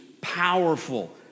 powerful